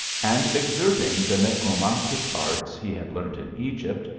and exerting the necromantic arts he had learnt in egypt,